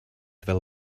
fel